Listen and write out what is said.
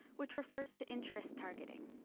which refers to interests targeting